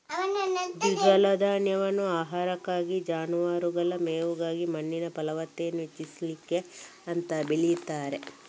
ದ್ವಿದಳ ಧಾನ್ಯವನ್ನ ಆಹಾರಕ್ಕಾಗಿ, ಜಾನುವಾರುಗಳ ಮೇವಾಗಿ ಮಣ್ಣಿನ ಫಲವತ್ತತೆ ಹೆಚ್ಚಿಸ್ಲಿಕ್ಕೆ ಅಂತ ಬೆಳೀತಾರೆ